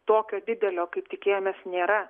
tokio didelio kaip tikėjomės nėra